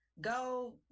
Go